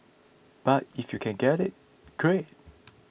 but if you can get it great